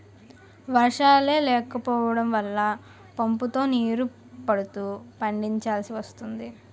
వర్షాలే లేకపోడం వల్ల పంపుతో నీరు పడుతూ పండిచాల్సి వస్తోంది